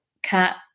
Cat